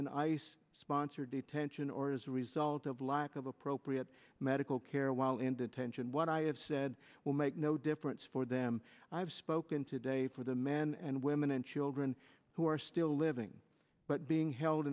in ice sponsored detention or as a result of lack of appropriate medical care while in detention what i have said will make no difference for them i have spoken today for the men and women and children who are still living but being held